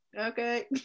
okay